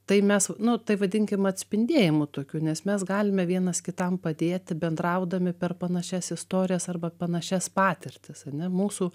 tai mes nu tai vadinkim atspindėjimu tokiu nes mes galime vienas kitam padėti bendraudami per panašias istorijas arba panašias patirtis ane mūsų